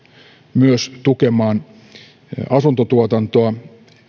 myös tukemaan asuntotuotantoa